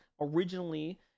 originally